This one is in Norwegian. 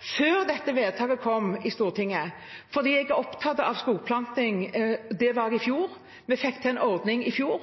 før dette vedtaket kom i Stortinget, fordi jeg er opptatt av skogplanting. Det var jeg i fjor, vi fikk til en ordning i fjor,